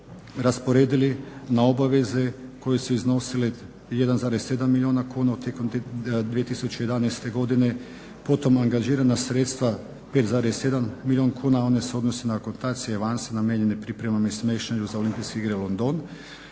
rasporedili na obaveze koje su iznosile 1,7 milijuna kuna tijekom 2011. godine, potom angažirana sredstva 5,7 milijuna kuna one se odnose na akontacije i avanse namijenjene pripremama i smještaju za Olimpijske igre u Londonu